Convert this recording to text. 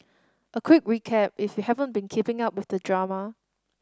a quick recap if you haven't been keeping up with the drama